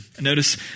Notice